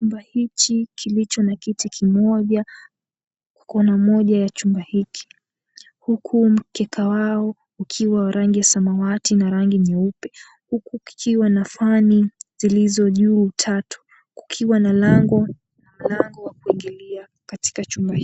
Chumba hichi kilicho na kiti kimoja kona moja ya chumba hiki, huku mkeka wao ukiwa wa rangi ya samawati na ragi nyeupe, huku kukiwa na fani zilizojuu tatu kukiwa na lango na mlango wa kuingilia katika chumba hiki.